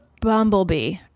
bumblebee